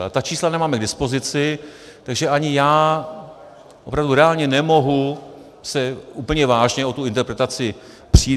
A ta čísla nemáme k dispozici, takže ani já se opravdu reálně nemohu úplně vážně o tu interpretaci přít.